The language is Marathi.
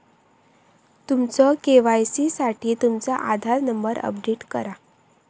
तुमच्या के.वाई.सी साठी तुमचो आधार नंबर अपडेट करा